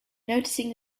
noticing